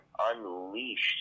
Unleashed